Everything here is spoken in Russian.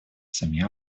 сами